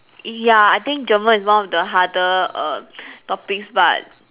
ya I think German is one of the harder err topics but